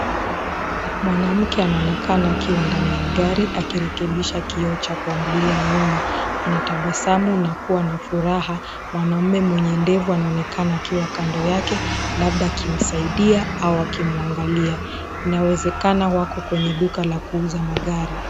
Mwanamke anaonekana akiwa ndani ya gari akirekebisha kioo cha kuangalia nyuma. Anatabasamu na kuwa na furaha. Mwanaume mwenye ndevu anaonekana akiwa kando yake labda akimsaidia au akimwangalia. Inawezakana kuwa wako kwenye duka la kuuza magari.